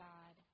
God